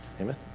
Amen